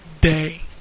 day